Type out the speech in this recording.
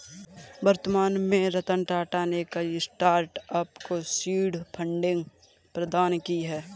वर्तमान में रतन टाटा ने कई स्टार्टअप को सीड फंडिंग प्रदान की है